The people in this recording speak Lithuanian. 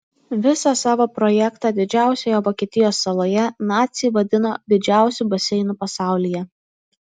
visą savo projektą didžiausioje vokietijos saloje naciai vadino didžiausiu baseinu pasaulyje